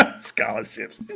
scholarships